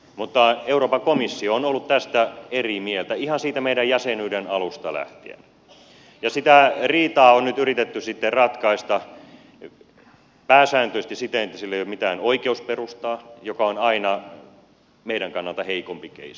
mutta euroopan komissio on ollut tästä eri mieltä ihan siitä meidän jäsenyytemme alusta lähtien ja sitä riitaa on nyt sitten yritetty ratkaista pääsääntöisesti siten että sillä ei ole mitään oikeusperustaa mikä on aina meidän kannaltamme heikompi keissi